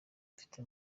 mfite